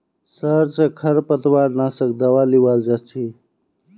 शहर स खरपतवार नाशक दावा लीबा जा छि